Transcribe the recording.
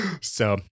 So-